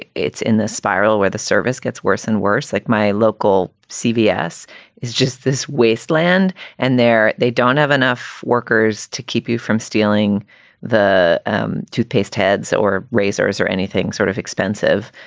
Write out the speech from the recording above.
ah it's in this spiral where the service gets worse and worse. like my local cbs is just this wasteland and they're they don't have enough workers to keep you from stealing the um toothpaste heads or razors or anything sort of expensive.